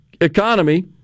economy